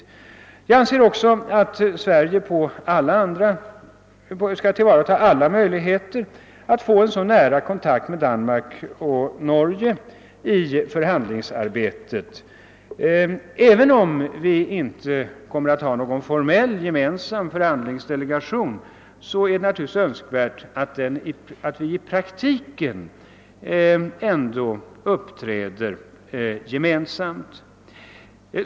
Likaså anser jag att Sverige skall tillvarata alla möjligheter till så nära kontakt som möjligt med Danmark och Norge i förhandlingsarbetet. även om vi formellt inte kommer att ha någon gemensam = förhandlingsdelegation är det ändå önskvärt att vi i praktiken uppträder gemensamt.